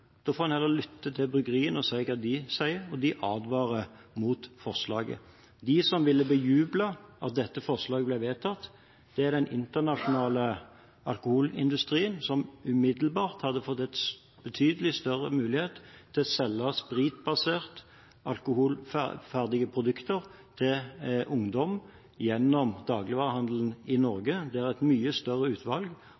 da får en heller lytte til bryggeriene og høre hva de sier, og de advarer mot forslaget. De som ville bejublet at dette forslaget ble vedtatt, er den internasjonale alkoholindustrien, som umiddelbart hadde fått en betydelig større mulighet til å selge spritbaserte alkoholprodukter – ferdige produkter – til ungdom gjennom dagligvarehandelen i